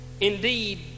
Indeed